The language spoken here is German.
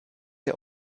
der